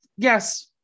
Yes